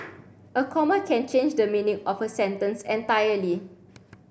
a comma can change the meaning of a sentence entirely